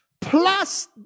plus